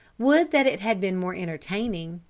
would that it had been more entertaining,